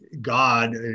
God